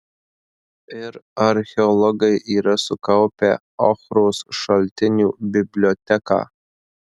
ir archeologai yra sukaupę ochros šaltinių biblioteką